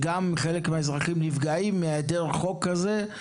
חלק מהאזרחים נפגעים מהיעדר החוק הזה.